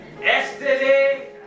yesterday